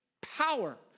power